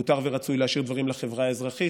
מותר ורצוי להשאיר דברים לחברה האזרחית,